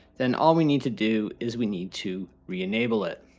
then all we need to do is we need to re-enable it.